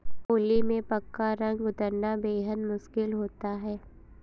होली में पक्का रंग उतरना बेहद मुश्किल होता है